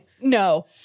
No